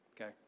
Okay